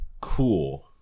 cool